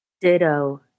Ditto